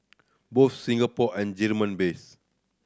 both Singapore and German based